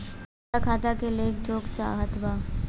हमरा खाता के लेख जोखा चाहत बा?